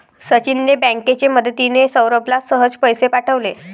सचिनने बँकेची मदतिने, सौरभला सहज पैसे पाठवले